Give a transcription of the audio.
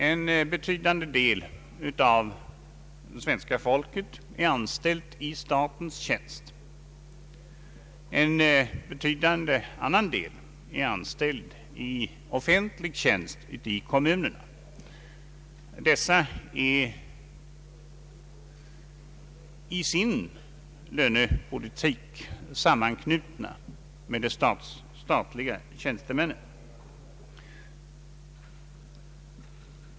En betydande del av svenska folket är anställd i statens tjänst, en betydande annan del är anställd i offentlig tjänst i kommunerna, som i sin lönepolitik är sammanknutna med de statliga tjänstemännen.